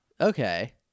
Okay